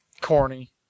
corny